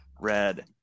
Red